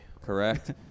Correct